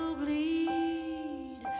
bleed